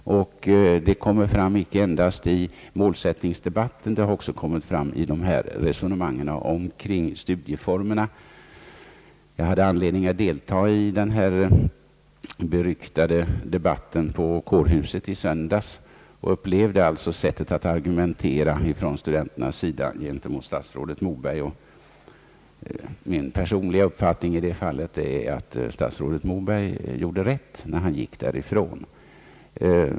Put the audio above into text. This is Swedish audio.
Det gäller icke endast målsättningsdebatten utan också resonemangen rörande studieformerna. Jag hade anledning att delta i den beryktade debatten på kårhuset i Stockholm i söndags och upplevde alltså studenternas sätt att argumentera gentemot statsrådet Moberg. Min personliga uppfattning är att statsrådet gjorde rätt när han gick därifrån.